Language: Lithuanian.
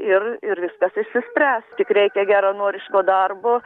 ir ir viskas išsispręs tik reikia geranoriško darbo